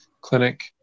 clinic